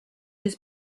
his